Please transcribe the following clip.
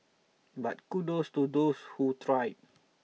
but kudos to those who tried